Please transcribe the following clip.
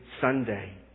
Sunday